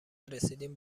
رسیدیم